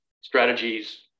strategies